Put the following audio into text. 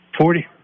forty